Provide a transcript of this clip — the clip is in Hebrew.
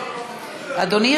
בעד אדוני,